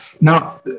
Now